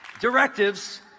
directives